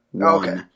Okay